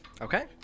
Okay